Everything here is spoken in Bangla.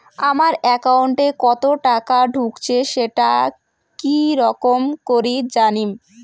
আমার একাউন্টে কতো টাকা ঢুকেছে সেটা কি রকম করি জানিম?